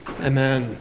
Amen